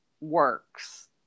works